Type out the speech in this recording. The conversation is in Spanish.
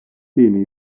cine